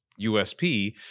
usp